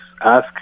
ask